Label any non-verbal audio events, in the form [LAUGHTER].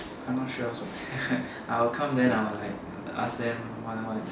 I not sure also [LAUGHS] I will come then I will like err ask them what what